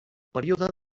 període